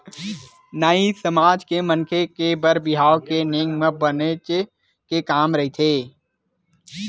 नाई समाज के मनखे के बर बिहाव के नेंग म बनेच के काम रहिथे